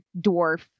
dwarf